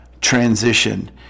transition